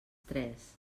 tres